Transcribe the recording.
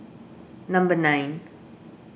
number nine